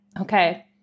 okay